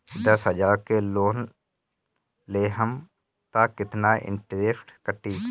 दस हजार के लोन लेहम त कितना इनट्रेस कटी?